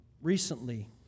recently